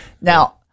Now